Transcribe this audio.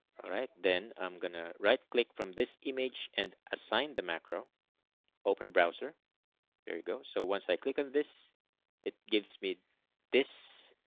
right, then i'm gonna right click from this image and assign the macro open browser there you go. so once i click on this it gives me this